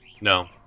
No